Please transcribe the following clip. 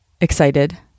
excited